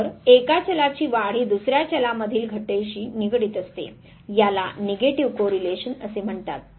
तर एका चलाची वाढ ही दुसर्या चला मधील घटीशी निगडीत असते त्याला निगेटिव्ह को रिलेशन म्हणतात